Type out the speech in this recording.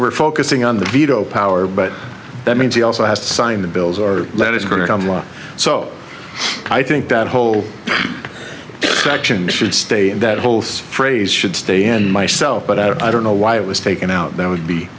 were focusing on the veto power but that means he also has to sign the bills or let it's going to come up so i think that whole section should stay in that whole phrase should stay in myself but i don't know why it was taken out that would be